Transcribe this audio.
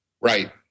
Right